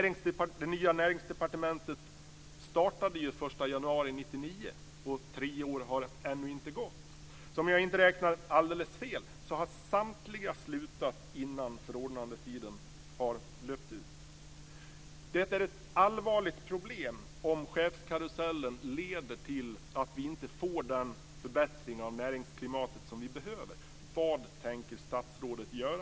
Det nya Näringsdepartementet startade ju den 1 januari 1999, så tre år har ännu inte gått. Om jag inte räknar alldeles fel har alltså samtliga slutat innan förordnandetiden löpt ut. Det är ett allvarligt problem om chefskarusellen leder till att vi inte får den förbättring av näringsklimatet som vi behöver. Vad tänker statsrådet göra?